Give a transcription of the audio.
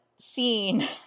scene